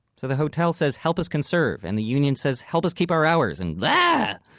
so the hotel says, help us conserve! and the union says, help us keep our hours! and, yeah